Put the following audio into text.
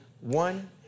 One